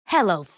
Hello